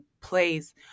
place